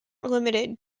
limited